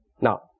Now